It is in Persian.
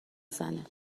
زنه